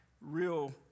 real